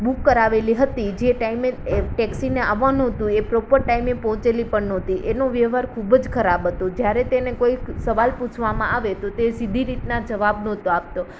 book કરાવેલી હતી જે ટાઈમે ટેક્સીને આવવાનું હતું એ પ્રોપર ટાઈમે પહોંચેલી પણ નહોતી એનો વ્યવહાર ખૂબ જ ખરાબ હતો જ્યારે તેને કોઈક સવાલ પૂછવામાં આવે તો તે સીધી રીતના જવાબ નહોતો આપતો